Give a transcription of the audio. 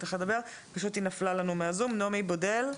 נעמי בודל,